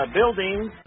buildings